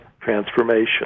transformation